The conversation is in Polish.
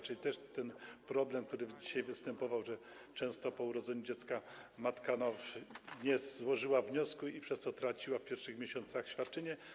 Chodzi też o problem, który dzisiaj występuje, że często po urodzeniu dziecka matka nie złożyła wniosku i przez to traciła w pierwszych miesiącach świadczenie.